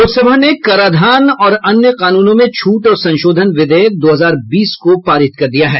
लोकसभा ने कराधान और अन्य कानूनों में छूट और संशोधन विधेयक दो हजार बीस को पारित कर दिया है